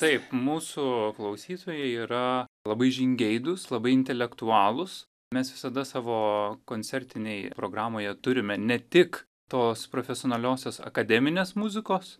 taip mūsų klausytojai yra labai žingeidūs labai intelektualūs mes visada savo koncertinėj programoje turime ne tik tos profesionaliosios akademinės muzikos